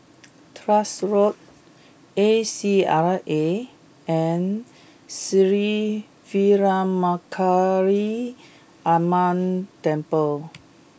Tuas Road A C R A and Sri Veeramakaliamman Temple